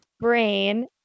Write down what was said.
brain